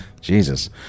Jesus